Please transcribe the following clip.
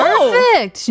Perfect